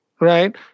right